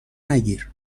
نگیر